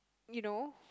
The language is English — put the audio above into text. you know